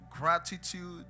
gratitude